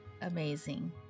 amazing